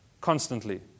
constantly